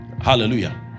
hallelujah